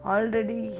Already